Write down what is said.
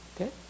Okay